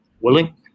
willing